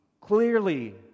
clearly